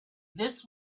this